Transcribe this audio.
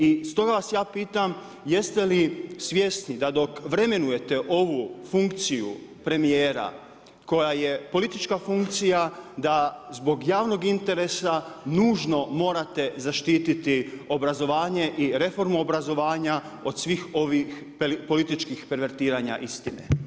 I stoga vas ja pitam, jeste li svjesni da dok vremenujete ovu funkciju premijera koja je politička funkcija da zbog javnog interesa nužno morate zaštititi obrazovanje i reformu obrazovanja od svih ovih politički pervertiranja istine?